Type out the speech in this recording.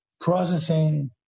processing